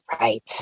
Right